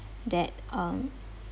that um